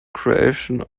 creation